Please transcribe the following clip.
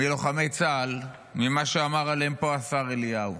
מלוחמי צה"ל, ממה שאמר עליהם פה השר אליהו.